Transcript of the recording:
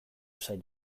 izan